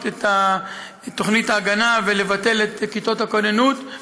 את תוכנית ההגנה ולבטל את כיתות הכוננות.